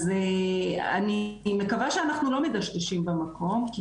אז אני מקווה שאנחנו לא מדשדשים במקום כי